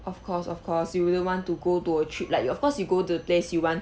of course of course you wouldn't want to go to a trip like you of course you go to place you want